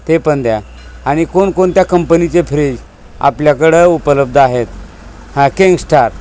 ते पण द्या आणि कोणकोणत्या कंपनीचे फ्रीज आपल्याकडं उपलब्ध आहेत हा किंगस्टार